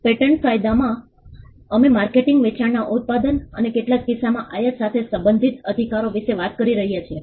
patent કાયદામાં અમે marketing વેચાણના ઉત્પાદન અને કેટલાક કિસ્સાઓમાં આયાત સાથે સંબંધિત અધિકારો વિશે વાત કરી રહ્યા છીએ